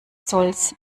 zolls